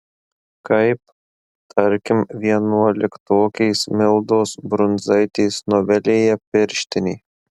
kaip tarkim vienuoliktokės mildos brunzaitės novelėje pirštinė